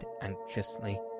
anxiously